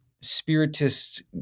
spiritist